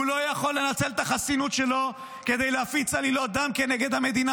הוא לא יכול לנצל את החסינות שלו כדי להפיץ עלילות דם כנגד המדינה